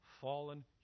fallen